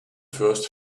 first